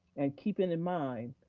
and keeping in mind,